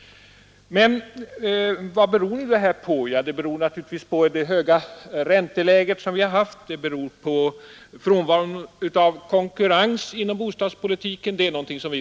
Men vad beror de höga hyrorna på? Ja, de beror naturligtvis på det höga ränteläge som vi har haft. De beror också på frånvaron av konkurrens inom bostadspolitiken.